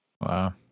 Wow